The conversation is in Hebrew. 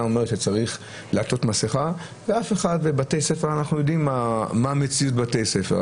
אומרת שצריך לעטות מסכה ואנחנו יודעים מה המציאות בבתי ספר?